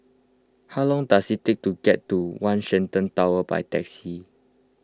how long does it take to get to one Shenton Tower by taxi